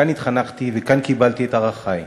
כאן התחנכתי וכאן קיבלתי את ערכי.